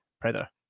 Predator